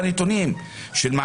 אני מדבר על הפלסטינים,